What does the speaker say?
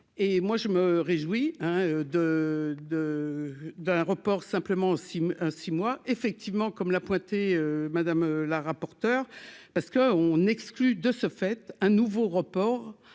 et moi je me réjouis, hein, de, de, d'un report, simplement si un si moi, effectivement, comme l'a pointé Madame la rapporteure parce que on exclut de ce fait un nouveau report